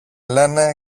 λένε